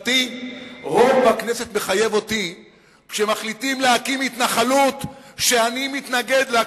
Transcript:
רוב בכנסת מחייב אותי כשמחליטים להקים התנחלות שאני מתנגד לה,